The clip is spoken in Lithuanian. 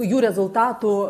jų rezultatų